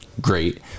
great